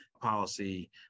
policy